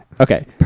Okay